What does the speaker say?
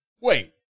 wait